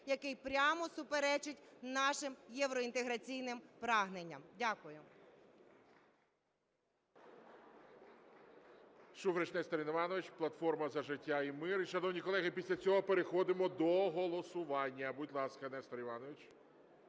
який прямо суперечить нашим євроінтеграційним прагненням. Дякую.